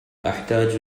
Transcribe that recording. أحتاج